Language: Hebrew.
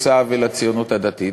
היא עושה עוול לציוניות הדתית,